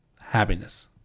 happiness